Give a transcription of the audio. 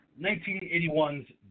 1981's